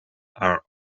are